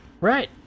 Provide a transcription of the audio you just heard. Right